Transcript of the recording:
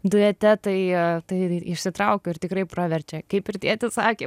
duete tai tai išsitraukiu ir tikrai praverčia kaip ir tėtis sakė